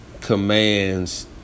commands